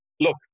look